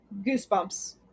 Goosebumps